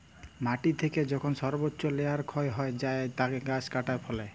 মাটি থেকে যখল সর্বচ্চ লেয়ার ক্ষয় হ্যয়ে যায় গাছ কাটার ফলে